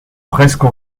presque